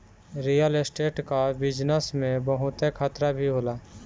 real estate कअ business में बहुते खतरा भी होला